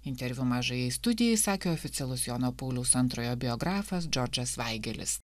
interviu mažajai studijai sakė oficialus jono pauliaus antrojo biografas džordžas vaigėlis